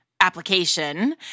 application